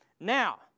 Now